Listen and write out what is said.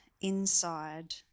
inside